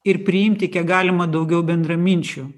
ir priimti kiek galima daugiau bendraminčių